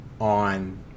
on